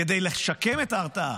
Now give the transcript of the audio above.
כדי לשקם את ההרתעה